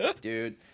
dude